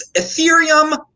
Ethereum